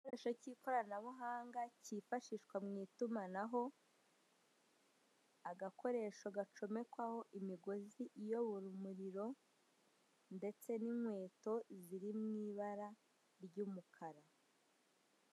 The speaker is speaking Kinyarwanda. Igikoresho cy'ikoranabuhanga cyifashishwa mwitumanaho. Agakoresho gacomekwaho imigozi iyobora umuriro ndetse n'inkweto ziri mw'ibara ry'umukara.